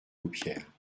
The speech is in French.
paupières